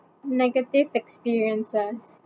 negative experiences